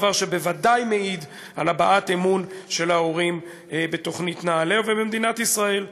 דבר שבוודאי מעיד על הבעת אמון של ההורים בתוכנית נעל"ה ובמדינת ישראל.